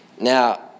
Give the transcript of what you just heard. Now